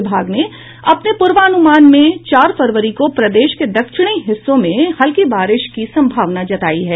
विभाग ने अपने पूर्वानुमान में चार फरवरी को प्रदेश के दक्षिणी हिस्सों में हल्की बारिश की संभावना जतायी है